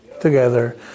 together